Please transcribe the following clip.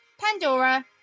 Pandora